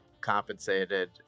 compensated